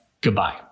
Goodbye